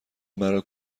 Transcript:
مرا